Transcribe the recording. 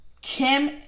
Kim